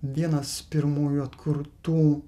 vienas pirmųjų atkurtų